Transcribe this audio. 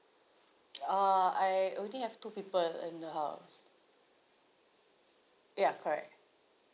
uh I only have two people in the house ya correct